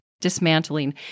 dismantling